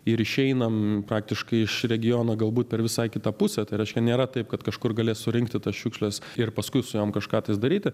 ir išeinam praktiškai iš regiono galbūt per visai kitą pusę tai reiškia nėra taip kad kažkur galės surinkti tas šiukšles ir paskui su jom kažką tais daryti